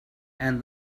and